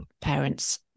parents